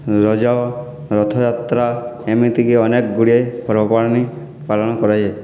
ରଜ ରଥଯାତ୍ରା ଏମିତିକି ଅନେକ ଗୁଡ଼ିଏ ପର୍ବାଣି ପାଳନ କରାଯାଏ